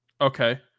Okay